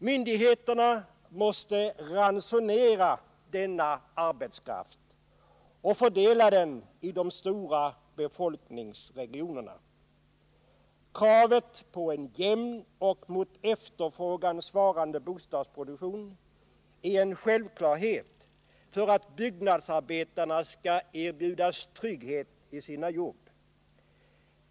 Myndigheterna måste ransonera denna arbetskraft och fördela den till de stora befolkningsregionerna. Kravet på en jämn och mot efterfrågan svarande bostadsproduktion är en självklarhet för att byggnadsarbetarna skall erbjudas trygghet i sina jobb.